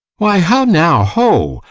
why, how now, ho!